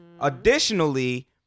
Additionally